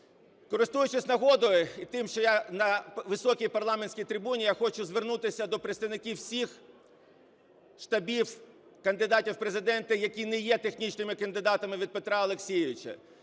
Користуючись нагодою і тим, що я на високій парламентській трибуні, я хочу звернутися до представників всіх штабів кандидатів у Президенти, які не є технічними кандидатами від Петра Олексійовича.